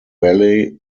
valley